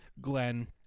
Glenn